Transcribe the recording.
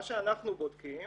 מה שאנחנו בודקים